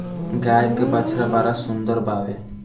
गाय के बछड़ा बड़ा सुंदर बावे